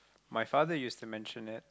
my father used to mention it